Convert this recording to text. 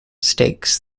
stakes